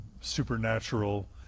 supernatural